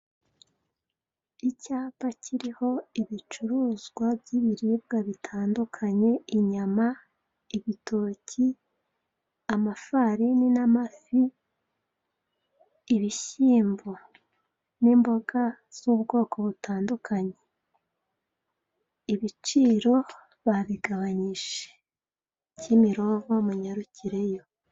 Icyapa kiriho ibicuruzwa by'ibiribwa bitandukanye: inyama, ibitoki, amafarini n'amafi, ibishyimbo n'imboga z'ubwoko butandukanye. Ibiciro babigabanyije! Kimironko munyarukireyo.